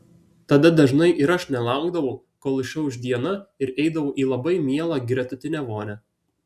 tada dažnai ir aš nelaukdavau kol išauš diena ir eidavau į labai mielą gretutinę vonią